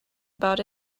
about